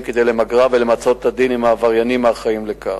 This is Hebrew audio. כדי למגרה ולמצות את הדין עם העבריינים האחראים לכך.